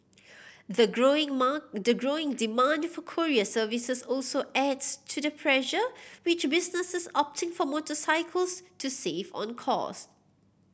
the growing the growing demand for courier services also adds to the pressure which businesses opting for motorcycles to save on costs